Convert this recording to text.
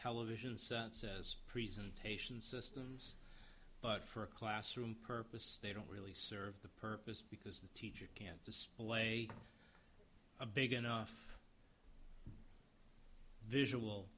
television so says presentation systems but for a classroom purpose they don't really serve the purpose because they can't display a big enough visual